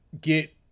get